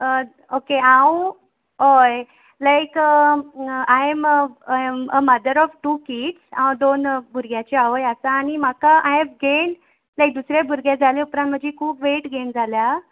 okay आंव I like I am I am a mother of two kids हांव दोन भुरग्यांची आवय आसा आनी म्हाका आय हॅव गेन्ड लायक दुसरें भुरगें जाले उपरांत म्हजी खूब वेट गेन जाल्या